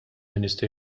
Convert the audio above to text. ministru